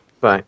Bye